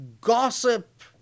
gossip